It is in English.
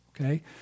Okay